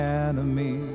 enemy